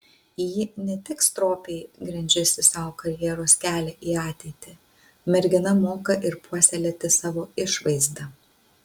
ji ne tik stropiai grindžiasi sau karjeros kelią į ateitį mergina moka ir puoselėti savo išvaizdą